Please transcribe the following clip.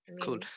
Cool